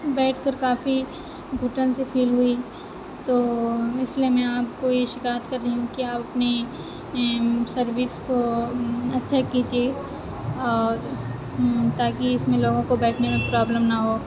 بیٹھ کر کافی گُھٹن سی فیل ہوئی تو اِس لیے میں آپ کو یہ شکایت کر رہی ہوں کہ آپ اپنی سروس کو اچھا کیجیے اور تا کہ اِس میں لوگوں کو بیٹھنے میں پرابلم نہ ہو